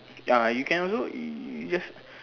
ya you can also just